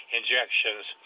injections